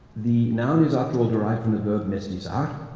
the noun is, after all, derived from the verb mestizar,